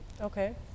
okay